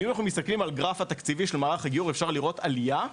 ואם אנחנו מסתכלים על גרף התקציבי של מערך הגיור אפשר לראות עלייה,